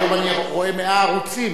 היום אני רואה 100 ערוצים,